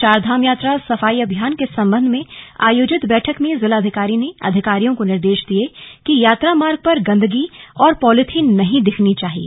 चारधाम यात्रा सफाई अभियान के संबंध में आयोजित बैठक में जिलाधिकारी ने अधिकारियों को निर्देश दिये कि यात्रा मार्ग पर गंदगी और पॉलीथीन नहीं दिखनी चाहिए